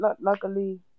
Luckily